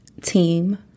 team